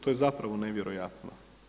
To je zapravo nevjerojatno.